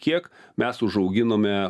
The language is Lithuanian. kiek mes užauginome